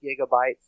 gigabytes